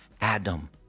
Adam